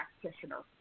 practitioner